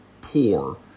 poor